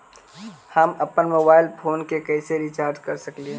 हम अप्पन mobile phone के कैसे रिचार्ज कर सकली हे?